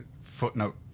footnote